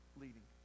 leading